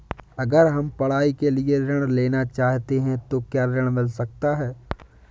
अगर हम पढ़ाई के लिए ऋण लेना चाहते हैं तो क्या ऋण मिल सकता है?